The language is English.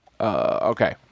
Okay